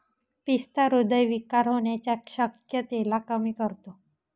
पिस्ता हृदय विकार होण्याच्या शक्यतेला कमी करतो